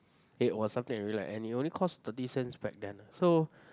it was something I really like and it only cost thirty cents back then so